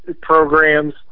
programs